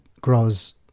grows